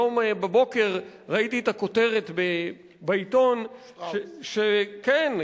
היום בבוקר ראיתי את הכותרת בעיתון, כן,